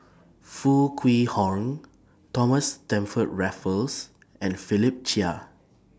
Foo Kwee Horng Thomas Stamford Raffles and Philip Chia